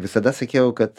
visada sakiau kad